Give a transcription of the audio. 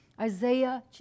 Isaiah